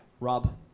Rob